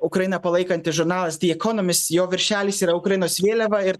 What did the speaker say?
ukrainą palaikantis žurnalas dy ekonomist jo viršelis yra ukrainos vėliava ir